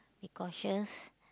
be cautious